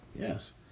yes